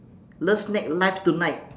love snack live tonight